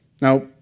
Now